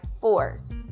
force